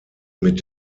mit